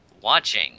watching